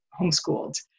homeschooled